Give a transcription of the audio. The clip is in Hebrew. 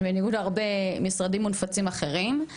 בניגוד להרבה משרדים מונפצים אחרים.